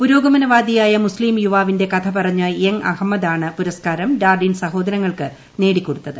പുരോഗമന വാദിയായ മുസ്തീം യുവാവിന്റെ കഥ പറഞ്ഞ യെംഗ് അഹമ്മദാണ് പുരസ്കാരം ഡാർഡീൻ സഹോദരങ്ങൾക്ക് നേടിക്കൊടുത്തത്